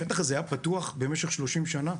השטח הזה היה פתוח במשך 30 שנה?